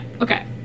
okay